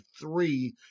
three